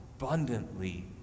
abundantly